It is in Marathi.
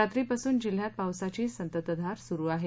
रात्री पासून जिल्ह्यात पावसाची संततधार सुरू आहे